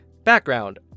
Background